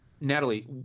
Natalie